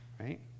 right